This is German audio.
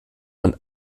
man